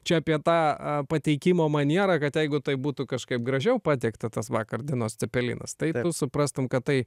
čia apie tą a pateikimo manierą kad jeigu tai būtų kažkaip gražiau patiekta tas vakar dienos cepelinas tai suprastum kad tai